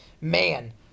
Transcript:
man